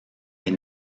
est